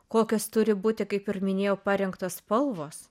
kokios turi būti kaip ir minėjau parinktos spalvos